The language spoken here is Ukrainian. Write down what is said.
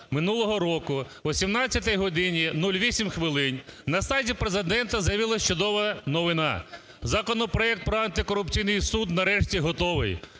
минулого року о 17 годині 08 хвилин на сайті Президента з'явилася чудова новина. Законопроект про антикорупційний суд нарешті готовий,